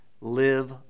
live